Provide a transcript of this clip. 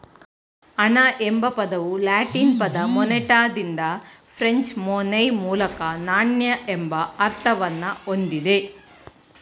ಹಣ ಎಂಬ ಪದವು ಲ್ಯಾಟಿನ್ ಪದ ಮೊನೆಟಾದಿಂದ ಫ್ರೆಂಚ್ ಮೊನ್ಯೆ ಮೂಲಕ ನಾಣ್ಯ ಎಂಬ ಅರ್ಥವನ್ನ ಹೊಂದಿದೆ